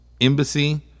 Embassy